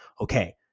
Okay